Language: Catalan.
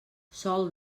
sol